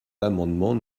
l’amendement